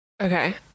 okay